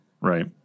Right